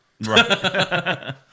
Right